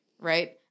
right